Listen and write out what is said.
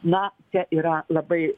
na čia yra labai